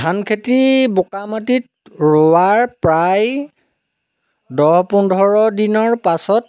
ধান খেতি বোকা মাটিত ৰোৱা প্ৰায় দহ পোন্ধৰ দিনৰ পাছত